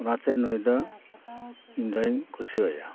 ᱚᱱᱟᱛᱮ ᱱᱩᱭ ᱫᱚ ᱤᱧ ᱫᱩᱧ ᱠᱩᱥᱤ ᱟᱭᱟ